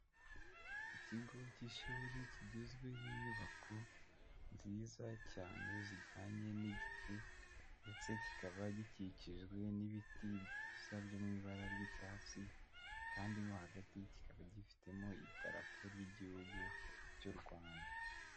Ikigo cy'ishuri kigizwe n'inyubako nziza cyane zijyanye n'igihe ndetse kikaba gikikijwe n'ibiti byiza byo mu ibara ry'icyatsi kandi mo hagati kikaba gifitemo idarapo ry'Igihugu cy'u Rwanda.